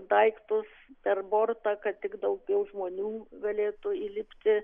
daiktus per bortą kad tik daugiau žmonių galėtų įlipti